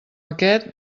aquest